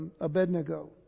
Abednego